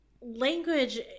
language